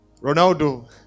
Ronaldo